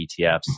ETFs